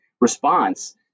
response